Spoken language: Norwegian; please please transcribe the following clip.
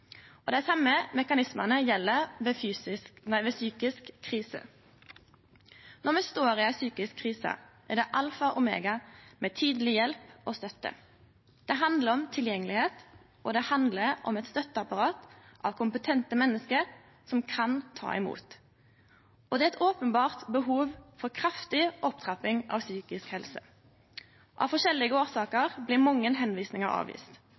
og dei same mekanismane gjeld ved psykisk krise. Når me står i ei psykisk krise, er det alfa og omega med tidleg hjelp og støtte. Det handlar om tilgjengelegheit, og det handlar om eit støtteapparat av kompetente menneske som kan ta imot. Det er eit openbert behov for ei kraftig opptrapping av psykisk helse. Av forskjellige årsaker blir mange